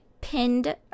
pinned